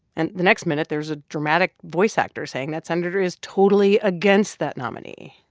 and the next minute, there's a dramatic voice actor saying that senator is totally against that nominee.